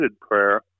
prayer